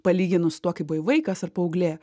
palyginus su tuo kai buvai vaikas ar paauglė